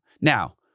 Now